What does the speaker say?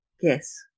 yes